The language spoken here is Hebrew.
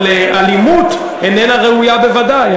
אבל אלימות איננה ראויה בוודאי.